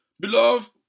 Beloved